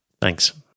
Thanks